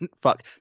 Fuck